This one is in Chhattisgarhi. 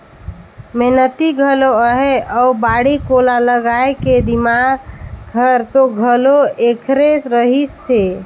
मेहनती घलो अहे अउ बाड़ी कोला लगाए के दिमाक हर तो घलो ऐखरे रहिस हे